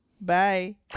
Bye